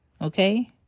Okay